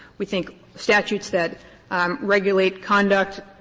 we think statutes that um regulate conduct,